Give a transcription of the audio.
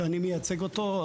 שאני מייצג אותו,